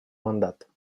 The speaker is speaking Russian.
мандат